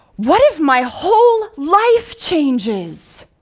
what if my whole life changes?